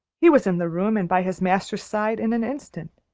he was in the room and by his master's side in an instant.